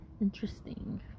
Interesting